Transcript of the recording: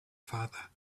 father